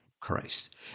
Christ